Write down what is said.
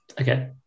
Okay